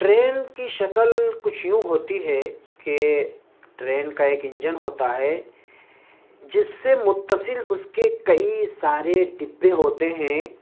train کی شکل کچھ یوں ہوتی ہے کہ ٹرین کا ایک انجن ہوتا ہے جس سے متصل اس کے کئی سارے ڈبے ہوتے ہیں